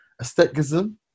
Aestheticism